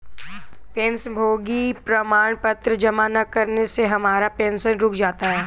पेंशनभोगी प्रमाण पत्र जमा न करने से हमारा पेंशन रुक जाता है